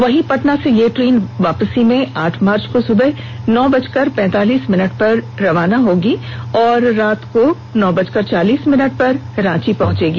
वहीं पटना से यह ट्रेन आठ मार्च को ॅ सुबह नौ बजकर पैतालीस मिनट पर रवाना होगी और रात में नौ बजकर चालीस भिनट पर रांची पहुंचेगी